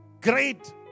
great